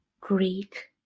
Greek